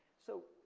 so,